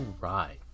right